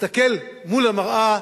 תסתכל מול המראה,